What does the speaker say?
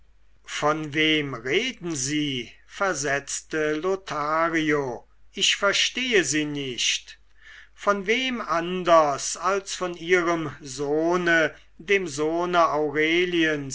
von wem reden sie versetzte lothario ich verstehe sie nicht von wem anders als von ihrem sohne dem sohne aureliens